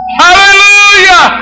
hallelujah